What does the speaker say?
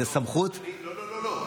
זו סמכות, לא, לא.